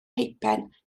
peipen